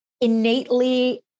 innately